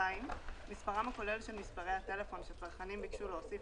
(2)מספרם הכולל של מספרי הטלפון שצרכנים ביקשו להוסיף